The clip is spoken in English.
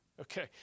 Okay